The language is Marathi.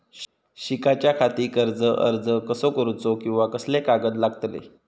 शिकाच्याखाती कर्ज अर्ज कसो करुचो कीवा कसले कागद लागतले?